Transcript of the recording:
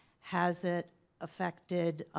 has it effected